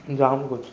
जाम कुझु